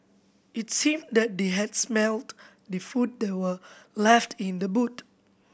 it seemed that they had smelt the food that were left in the boot